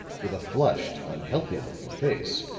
with a flushed, unhealthy looking face,